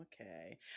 Okay